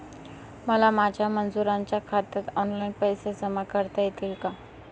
मला माझ्या मजुरांच्या खात्यात ऑनलाइन पैसे जमा करता येतील का?